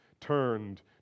turned